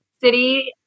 city